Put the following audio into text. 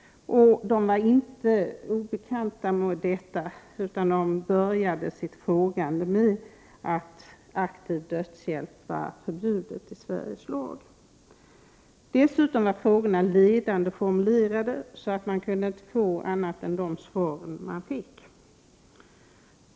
De var inte obekanta med detta, utan de började sitt frågande med upplysningen att aktiv dödshjälp är förbjuden enligt Sveriges lag. Dessutom var frågornas formulering ledande, så man kunde inte få andra svar än dem man fick.